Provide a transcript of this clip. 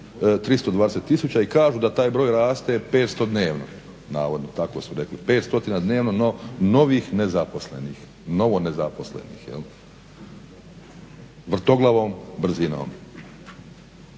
320 000 i kažu da taj broj raste 500 dnevno navodno, tako su rekli. 500 dnevno novo nezaposlenih, vrtoglavom brzinom,